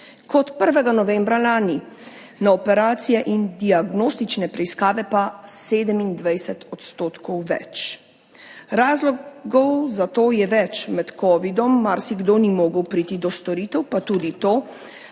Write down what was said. kot 1. novembra lani, na operacije in diagnostične preiskave pa 27 % več. Razlogov za to je več, med covidom marsikdo ni mogel priti do storitev, pa tudi to,